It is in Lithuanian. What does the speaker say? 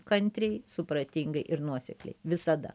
kantriai supratingai ir nuosekliai visada